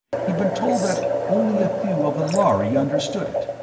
he'd been told that only a few of the lhari understood it,